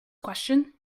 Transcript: question